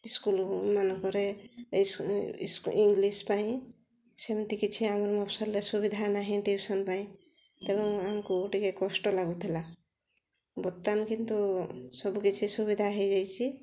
ଇସ୍କୁଲ୍ମାନଙ୍କରେ English ପାଇଁ ସେମିତି କିଛି ଆମର ମଫସଲ୍ରେ ସୁବିଧା ନାହିଁ ଟ୍ୟୁସନ୍ ପାଇଁ ତେଣୁ ଆମକୁ ଟିକିଏ କଷ୍ଟ ଲାଗୁଥିଲା ବର୍ତ୍ତମାନ କିନ୍ତୁ ସବୁକିଛି ସୁବିଧା ହୋଇଯାଇଛି